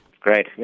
Great